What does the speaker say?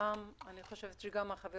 שדולה בנושא תעסוקת נשים ערביות